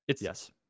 Yes